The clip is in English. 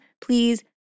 please